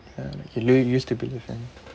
ya like yo~ you used to believe in